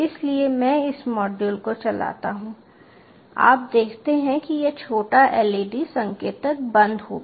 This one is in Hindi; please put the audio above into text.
इसलिए मैं इस मॉड्यूल को चलाता हूं आप देखते हैं कि यह छोटा LED संकेतक बंद हो गया